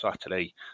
Saturday